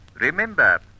Remember